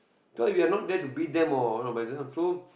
so if you're not there to beat them or but you know so